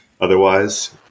otherwise